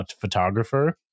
photographer